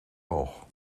boog